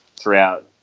throughout